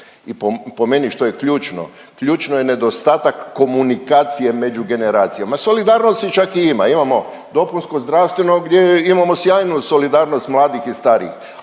i po meni što je ključno, ključno je nedostatak komunikacije među generacija. Solidarnosti čak i ima, imamo dopunsko zdravstveno gdje imamo sjajnu solidarnost mladih i starih,